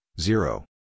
zero